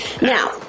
Now